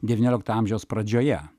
devyniolikto amžiaus pradžioje